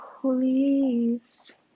please